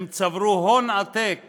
הם צברו הון עתק